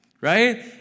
right